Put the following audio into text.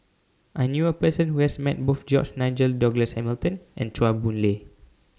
I knew A Person Who has Met Both George Nigel Douglas Hamilton and Chua Boon Lay